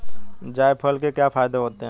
जायफल के क्या फायदे होते हैं?